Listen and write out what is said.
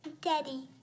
daddy